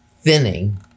thinning